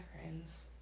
friends